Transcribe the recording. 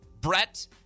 Brett